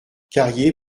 carrier